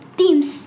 teams